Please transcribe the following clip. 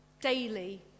daily